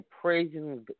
praising